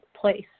place